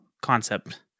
concept